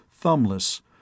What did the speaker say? thumbless